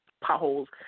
potholes